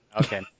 Okay